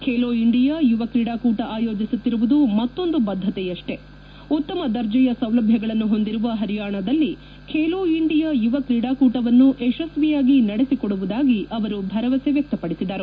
Khelo India ಯುವ ಕ್ರೀಡಾಕೂಟ ಆಯೋಜಿಸುತ್ತಿರುವುದು ಮತ್ತೊಂದು ಬದ್ಗತೆಯಷ್ಲಿ ಉತ್ತಮ ದರ್ಜೆಯ ಸೌಲಭ್ಯಗಳನ್ನು ಹೊಂದಿರುವ ಪರಿಯಾಣದಲ್ಲಿ ಖೇಲೋ ಇಂಡಿಯಾ ಯುವ ಕ್ರೀಡಾಕೂಟವನ್ನು ಯಶಸ್ತಿಯಾಗಿ ನಡೆಸಿಕೊಡುವುದಾಗಿ ಅವರು ಭರವಸೆ ವ್ಯಕ್ತಪಡಿಸಿದರು